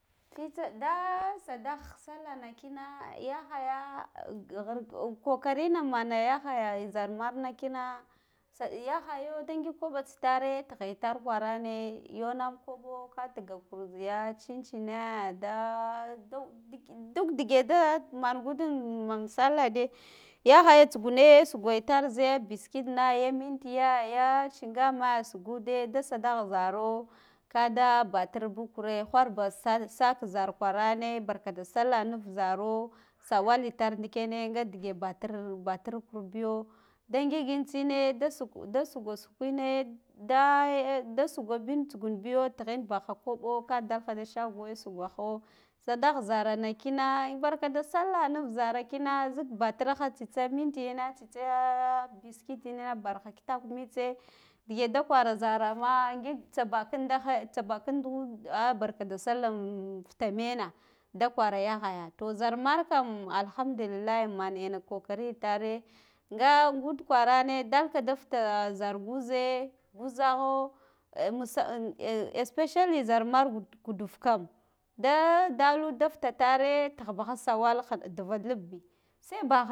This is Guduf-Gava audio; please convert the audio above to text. Fitsa, da sadah sallah na kina yaha ya ghark, kokarina mana yahaya zar nana kina tsa, yahaya da ngik koɓa tsitare ntigha har kwarane yonam ko ɓa ka ntiga kus ziya tsintsinna do daa, dau, duk dige da man gud am man sallah de yahaya tsugune ghuga itar ziya buskifna ya mintiya ya tsingame ghugude da sanagh zaro kada bajar bug kure whorba sa ka zar kwarane barka da sallah nifi zaro sawal itar ndikene nga dege batar kur biyo da ngigintsine da suga sukwene daa, da shuga bin tsugun biyo tighin baha koɓo ka dagha da shagowe shuggaho sadah zara na kina barka da sallah nuf zata kina zik batargha tsitsa mintiyine tsitsa yaa buskitna bar gha kitak mitse dige da kwara zarama ngik, tsa bankida ndud barkada sallah anfuta mena da kwara yahaya to zarmarkan alhamdullillah man ana kokari itare nga, ngud kwarane dalka da futa zar guze, an guzagho especially zar mar guduf kam da dalud da futatare tahbaha sawa induva theɓe sai.